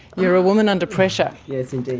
you're a woman under pressure. yes indeed.